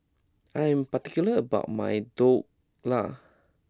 I am particular about my Dhokla